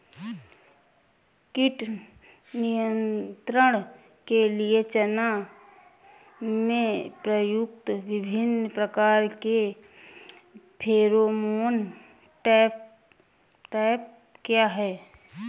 कीट नियंत्रण के लिए चना में प्रयुक्त विभिन्न प्रकार के फेरोमोन ट्रैप क्या है?